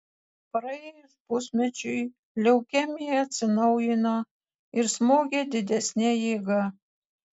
praėjus pusmečiui leukemija atsinaujino ir smogė didesne jėga